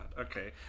Okay